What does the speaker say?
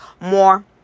more